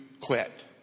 quit